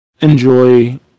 enjoy